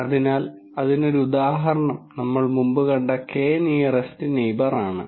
അതിനാൽ അതിനൊരു ഉദാഹരണം നമ്മൾ മുമ്പ് കണ്ട K നിയറെസ്റ് നെയിബർ ആണ്